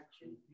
action